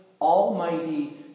almighty